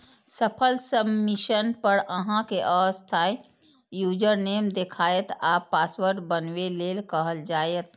सफल सबमिशन पर अहां कें अस्थायी यूजरनेम देखायत आ पासवर्ड बनबै लेल कहल जायत